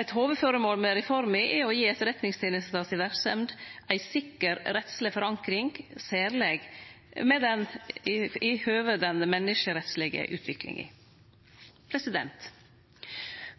Eit hovudføremål med reforma er å gi Etterretningstenesta si verksemd ei sikker rettsleg forankring, særleg i høve til den menneskerettslege utviklinga.